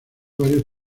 varios